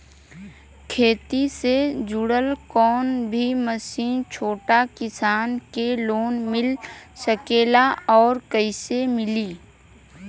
खेती से जुड़ल कौन भी मशीन छोटा किसान के लोन मिल सकेला और कइसे मिली?